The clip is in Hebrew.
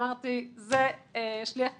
אמרתי, זה שליח ציבור.